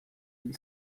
hil